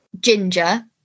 Ginger